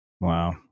Wow